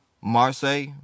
Marseille